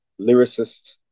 lyricist